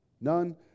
None